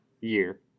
year